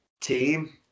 Team